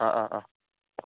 অঁ অঁ অঁ